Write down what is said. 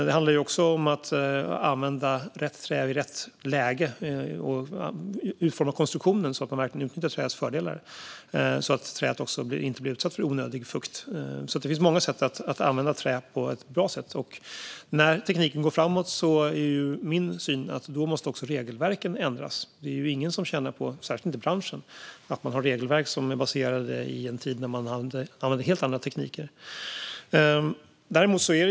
Det handlar också om att använda rätt trä i rätt läge och utforma konstruktionen så att man verkligen utnyttjar träets fördelar, så att träet inte blir utsatt för onödig fukt. Det finns alltså många sätt att använda trä på ett bra sätt. Och när tekniken går framåt är min syn att regelverken då också måste ändras. Det är ingen som tjänar på, särskilt inte branschen, att man har regelverk som är baserade i en tid när man använde helt andra tekniker.